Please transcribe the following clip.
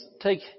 take